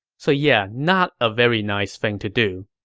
so yeah, not a very nice thing to do.